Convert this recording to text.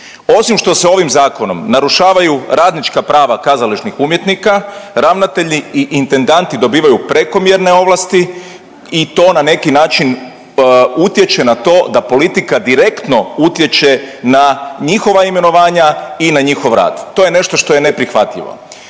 Osim što se ovim zakonom narušavaju radnička prava kazališnih umjetnika, ravnatelji i intendanti dobivaju prekomjerne ovlasti i to na neki način utječe na to da politika direktno utječe na njihova imenovanja i na njihov rad, to je nešto što je neprihvatljivo.